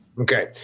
Okay